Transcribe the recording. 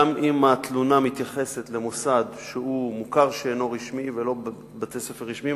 גם אם התלונה מתייחסת למוסד שהוא מוכר שאינו רשמי ולא לבתי-ספר רשמיים,